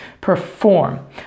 perform